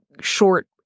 short